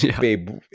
babe